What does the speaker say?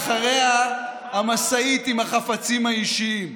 אחריה המשאית עם החפצים האישיים,